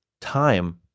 time